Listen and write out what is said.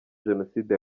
jenoside